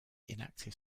inactive